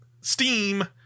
Steam